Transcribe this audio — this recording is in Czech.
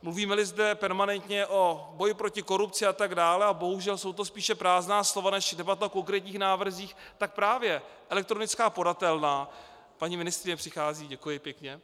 Mluvímeli zde permanentně o boji proti korupci atd. a bohužel jsou to spíše prázdná slova než debata o konkrétních návrzích, tak právě elektronická podatelna paní ministryně přichází, děkuji pěkně!